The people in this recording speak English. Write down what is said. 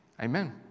Amen